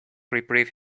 reprieve